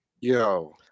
Yo